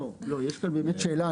יש כאן באמת שאלה.